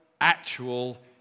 actual